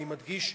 אני מדגיש,